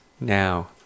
Now